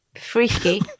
freaky